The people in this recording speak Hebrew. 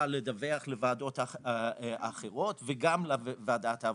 לדווח לוועדות אחרות וגם לוועדת העבודה.